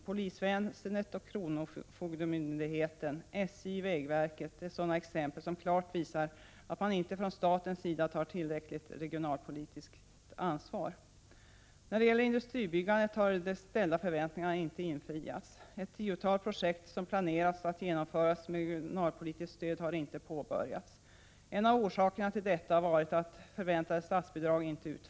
Polisväsendet, kronofogdemyndigheten, SJ och vägverket är exempel som klart visar att man från statens sida inte tar tillräckligt regionalpolitiskt ansvar. När det gäller industribyggandet har de ställda förväntningarna inte infriats. Ett tiotal projekt, som planerats att genomföras med regionalpolitiskt stöd, har inte påbörjats. En av orsakerna har varit att förväntade statsbidrag uteblivit.